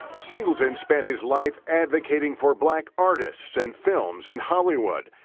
singleton spent his life advocating for black artist and films in hollywood.